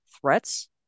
threats